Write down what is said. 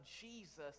Jesus